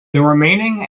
remaining